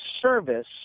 service